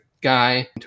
guy